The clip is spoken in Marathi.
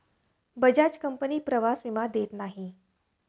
बजाज कंपनी प्रवास विमा देत नाही